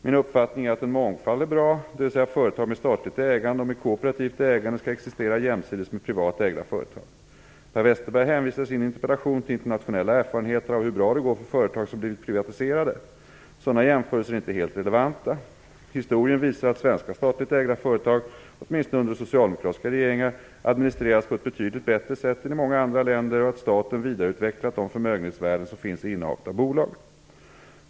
Min uppfattning är att en mångfald är bra, dvs. att företag med statligt ägande och med kooperativt ägande skall existera jämsides med privat ägda företag. Per Westerberg hänvisar i sin interpellation till internationella erfarenheter av hur bra det går för företag som blivit privatiserade. Sådana jämförelser är inte helt relevanta. Historien visar att svenska statligt ägda företag - åtminstone under socialdemokratiska regeringar - administreras på ett betydligt bättre sätt än i många andra länder och att staten vidareutvecklat de förmögenhetsvärden som finns i innehavet av bolag.